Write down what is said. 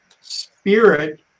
spirit